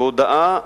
בהודעה